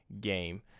game